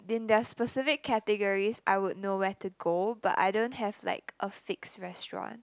in their specific categories I would know where to go but I don't have like a fixed restaurant